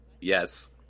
yes